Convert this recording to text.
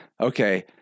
Okay